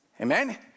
Amen